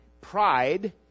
pride